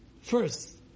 first